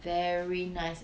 very nice